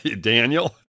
daniel